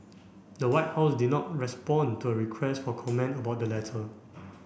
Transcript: the White House did not respond to a request for comment about the letter